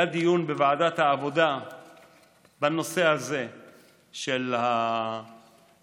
היה דיון בוועדת העבודה בנושא הזה של הפיגומים,